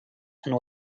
and